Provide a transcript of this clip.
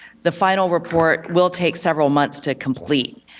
the final report will take several months to complete.